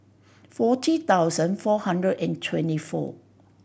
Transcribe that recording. forty thousand four hundred and twenty four